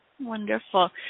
Wonderful